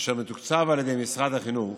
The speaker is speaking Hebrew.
אשר מתוקצב על ידי משרד החינוך